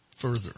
further